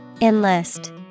Enlist